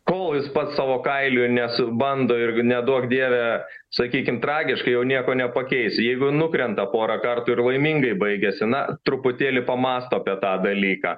kol jūs pats savo kailiu nesu bando ir neduok dieve sakykim tragiškai jau nieko nepakeis jeigu nukrenta porą kartų ir laimingai baigiasi na truputėlį pamąsto apie tą dalyką